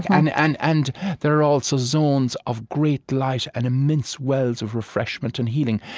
and and and there are also zones of great light and immense wells of refreshment and healing.